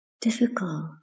difficult